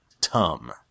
Tum